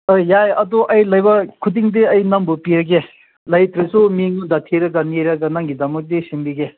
ꯍꯣꯏ ꯌꯥꯏ ꯑꯗꯨ ꯑꯩ ꯂꯩꯕ ꯈꯨꯗꯤꯡꯗꯤ ꯑꯩ ꯅꯪꯕꯨ ꯄꯤꯔꯒꯦ ꯂꯩꯇ꯭ꯔꯁꯨ ꯃꯤꯉꯣꯟꯗ ꯊꯤꯔꯒ ꯅꯤꯔꯒ ꯅꯪꯒꯤꯗꯃꯛꯇꯤ ꯁꯤꯟꯕꯤꯒꯦ